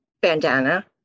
bandana